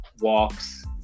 walks